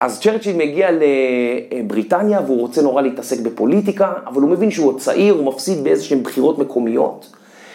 אז צ'רצ'יל מגיע לבריטניה והוא רוצה נורא להתעסק בפוליטיקה, אבל הוא מבין שהוא עוד צעיר, הוא מפסיד באיזשהם בחירות מקומיות.